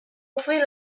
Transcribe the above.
ouvrit